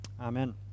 Amen